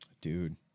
Dude